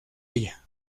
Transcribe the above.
ella